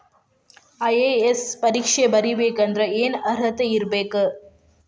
IAS ಪರೇಕ್ಷೆ ಬರಿಬೆಕಂದ್ರ ಏನ್ ಅರ್ಹತೆ ಇರ್ಬೇಕ?